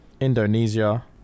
Indonesia